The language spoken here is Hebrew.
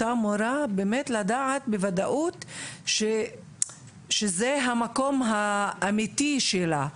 אותה מורה באמת לדעת בוודאות שזה המקום האמיתי שלה,